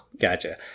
Gotcha